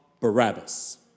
Barabbas